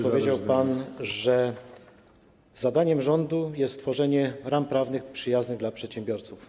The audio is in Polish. Powiedział pan, że zadaniem rządu jest tworzenie ram prawnych przyjaznych przedsiębiorcom.